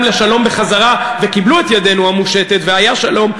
לשלום בחזרה וקיבלו את ידנו המושטת והיה שלום,